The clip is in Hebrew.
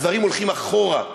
הדברים הולכים אחורה,